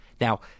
Now